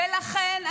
לכן,